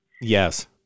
Yes